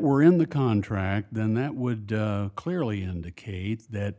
were in the contract then that would clearly indicate that